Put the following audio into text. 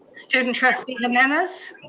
student trustee jimenez?